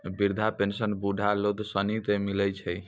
वृद्धा पेंशन बुढ़ा लोग सनी के मिलै छै